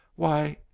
why,